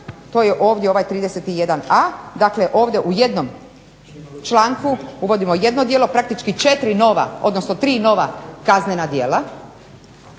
to je ovdje 31.a, dakle ovdje u jednom članku uvodimo jedno djelo, praktički četiri nova odnosno tri nova kaznena djela